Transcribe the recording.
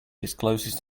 discloses